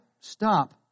stop